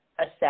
assess